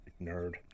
Nerd